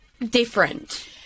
different